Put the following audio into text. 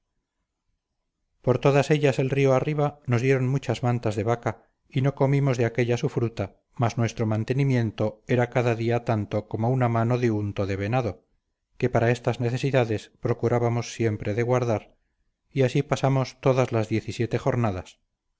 por todas ellas el río arriba nos dieron muchas mantas de vacas y no comimos de aquélla su fruta mas nuestro mantenimiento era cada día tanto como una mano de unto de venado que para estas necesidades procurábamos siempre de guardar y así pasamos todas las diez y siete jornadas